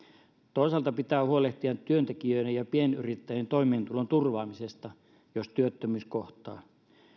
toisaalta pitää huolehtia työntekijöiden ja pienyrittäjien toimeentulon turvaamisesta jos työttömyys kohtaa